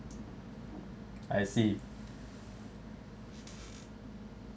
I see